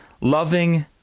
loving